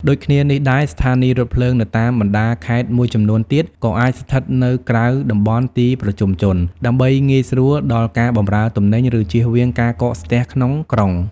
ដូចគ្នានេះដែរ ស្ថានីយ៍រថភ្លើងនៅតាមបណ្តាខេត្តមួយចំនួនទៀត ក៏អាចស្ថិតនៅក្រៅតំបន់ទីប្រជុំជន ដើម្បីងាយស្រួលដល់ការបម្រើទំនិញ ឬជៀសវាងការកកស្ទះក្នុងក្រុង។